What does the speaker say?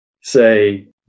say